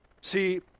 See